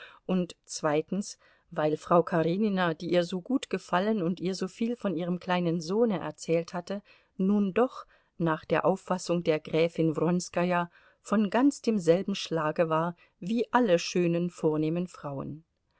und zweitens weil frau karenina die ihr so gut gefallen und ihr so viel von ihrem kleinen sohne erzählt hatte nun doch nach der auffassung der gräfin wronskaja von ganz demselben schlage war wie alle schönen vornehmen frauen